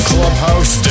Clubhouse